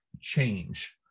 change